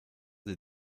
des